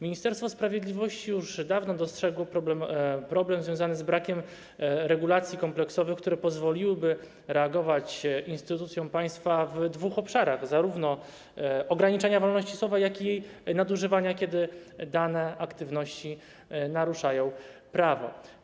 Ministerstwo Sprawiedliwości już dawno dostrzegło problem związany z brakiem regulacji kompleksowych, które pozwoliłyby reagować instytucjom państwa w dwóch obszarach: zarówno ograniczenia wolności słowa, jak i jej nadużywania, kiedy dane aktywności naruszają prawo.